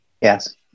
yes